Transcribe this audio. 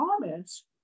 comments